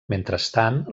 mentrestant